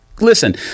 listen